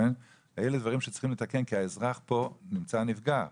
אלה דברים שצריכים לתקן כי האזרח פה נמצא נפגע.